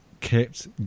kept